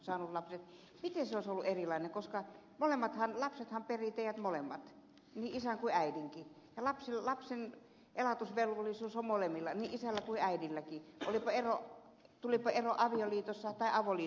miten se olisi ollut erilainen koska lapsihan perii teidät molemmat niin isän kuin äidinkin ja lapsen elatusvelvollisuus on molemmilla niin isällä kuin äidilläkin tulipa ero avioliitossa tai avoliitossa